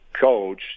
coach